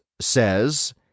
says